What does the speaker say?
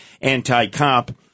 anti-cop